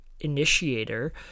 initiator